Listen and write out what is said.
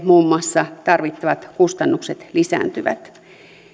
muun muassa hoidonohjaukseen tarvittavat kustannukset lisääntyvät